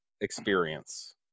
experience